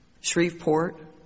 Shreveport